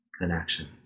connection